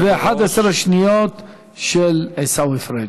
ו-11 שניות של עיסאווי פריג'.